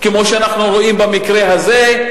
כמו שאנחנו רואים במקרה הזה,